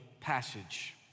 passage